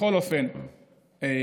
בכל אופן,